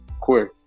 quick